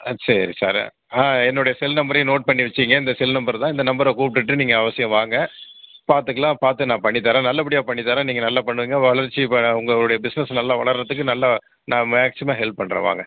ஆ சரி சார் என்னுடைய செல் நம்பரையும் நோட் பண்ணி வச்சுங்க இந்த செல் நம்பர் தான் இந்த நம்பரை கூப்பிட்டுட்டு நீங்கள் அவசியம் வாங்க பார்த்துக்குலாம் பார்த்து நான் பண்ணித்தரேன் நல்லபடியாக பண்ணித்தரேன் நீங்கள் நல்லா பண்ணுங்க வளர்ச்சி இப்போ உங்களுடைய பிஸ்னஸ் நல்லா வளர்கிறத்துக்கு நல்லா நான் மேக்ஸிமம் ஹெல்ப் பண்ணுறேன் வாங்க